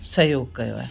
सहयोग कयो आहे ऐं